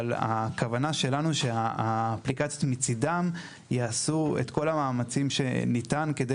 אבל הכוונה שלנו היא שהאפליקציות מצידן יעשו את כל המאמצים שניתן כדי